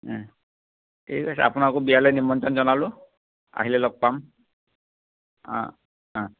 ঠিক আছে আপোনাকো বিয়ালৈ নিমন্ত্ৰণ জনালোঁ আহিলে লগ পাম অঁ অঁ